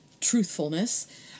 truthfulness